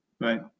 Right